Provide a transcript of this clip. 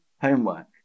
homework